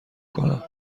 کنم